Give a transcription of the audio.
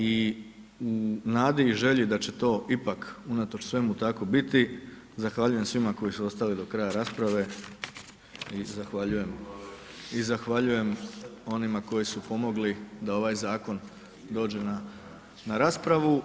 I u nadi i želji da će to ipak unatoč svemu tako biti, zahvaljujem svima koji su ostali do kraja rasprave i zahvaljujem onima koji su pomogli da ovaj zakon dođe na raspravu.